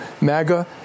MAGA